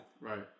Right